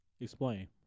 Explain